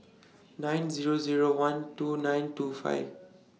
nine Zero Zero one two nine two five